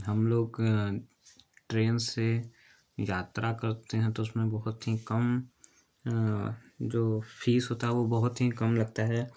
हम लोग ट्रेन से यात्रा करते हैं तो उसमें बहुत ही कम जो फीस होता है वो बहुत ही कम लगता है